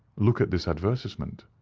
look at this advertisement,